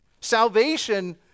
Salvation